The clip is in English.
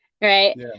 Right